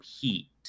heat